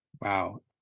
Wow